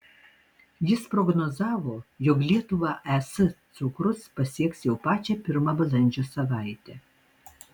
jis prognozavo jog lietuvą es cukrus pasieks jau pačią pirmą balandžio savaitę